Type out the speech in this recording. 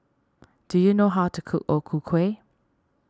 do you know how to cook O Ku Kueh